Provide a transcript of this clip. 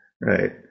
Right